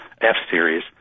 F-Series